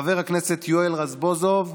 חבר הכנסת יואל רזבוזוב,